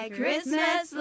Christmas